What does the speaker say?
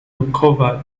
uncovered